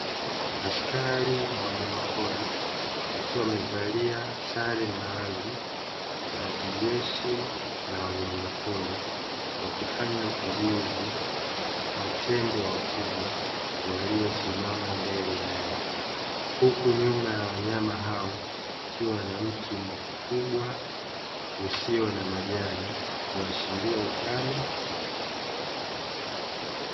Askari wa wanyamapori wakiwa wamevalia sare maalumu za kijeshi la wanyama pori, wakifanya ukaguzi wa tembo wakubwa waliosimama mbele yao. Huku nyuma ya wanyama hao kukiwa na mti mkubwa usio na majani kuashiria ukame.